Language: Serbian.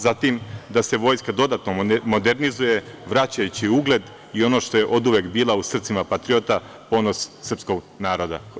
Zatim, da se Vojska dodatno modernizuje, vraćajući ugled i ono što je oduvek bila u srcima patriota, ponos srpskog naroda.